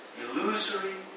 illusory